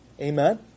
Amen